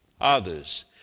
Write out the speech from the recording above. others